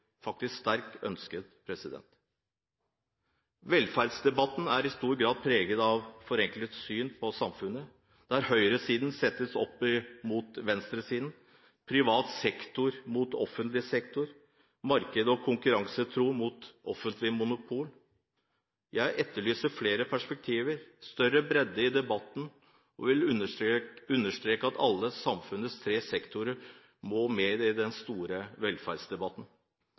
faktisk sterkt ønsket. Velferdsdebatten er i stor grad preget av et forenklet syn på samfunnet, der høyresiden settes opp mot venstresiden, privat sektor mot offentlig sektor, markeds- og konkurransetro mot offentlig monopol. Jeg etterlyser flere perspektiver og større bredde i debatten og vil understreke at alle samfunnets tre sektorer må med i den store velferdsdebatten.